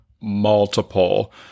multiple